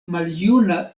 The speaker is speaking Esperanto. maljuna